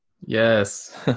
Yes